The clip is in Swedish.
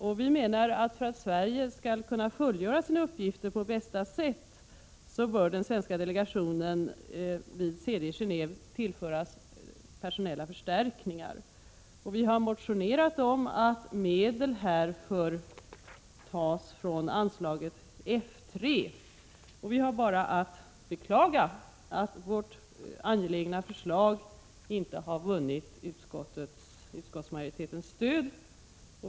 Och vi menar att för att Sverige skall kunna fullgöra sina uppgifter på bästa sätt bör den svenska delegationen vid CD i Gené&ve tillföras personella förstärkningar. Vi har motionerat om att medel härför skall tas från anslaget F 3, och det är bara att beklaga att vårt förslag i denna angelägna fråga inte har vunnit utskottsmajoritetens stöd.